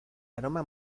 aroma